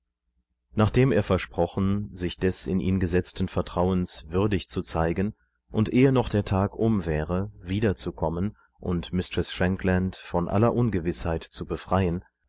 nachdem er versprochen sich des in ihn gesetzten vertrauens würdig zu zeigen und ehe noch der tag um wäre wiederzukommen und mistreß frankland von aller ungewißheit zu befreien